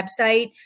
website